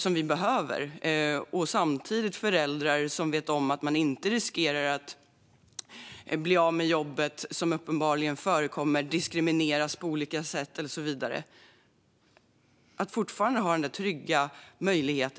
Samtidigt måste föräldrar kunna veta att de inte riskerar att bli av med jobbet, något som uppenbarligen förekommer, eller diskrimineras på olika sätt. Man måste även i fortsättningen ha denna trygga möjlighet.